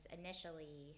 initially